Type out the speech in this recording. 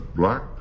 black